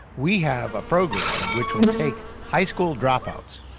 we have a program which will take high school dropouts,